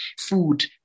food